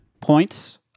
points